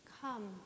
come